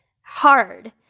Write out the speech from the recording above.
hard